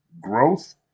Growth